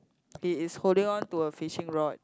he is holding on to a fishing rod